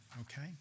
okay